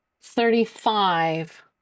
thirty-five